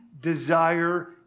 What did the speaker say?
desire